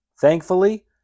thankfully